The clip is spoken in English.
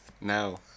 No